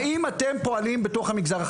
האם אתם פועלים בתוך המגזר החרדי?